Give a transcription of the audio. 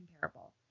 comparable